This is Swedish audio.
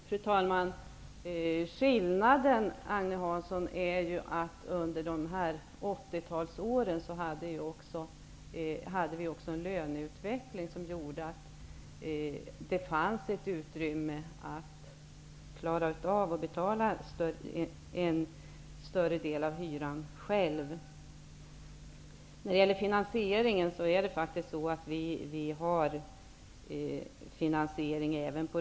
Fru talman! Skillnaden, Agne Hansson, är att under 80-talsåren var också löneutvecklingen sådan att det fanns utrymme för att klara av en större del av hyran själv. Vårt budgetförslag är finansierat.